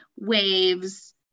waves